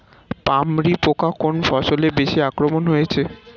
পামরি পোকা কোন ফসলে বেশি আক্রমণ হয়েছে?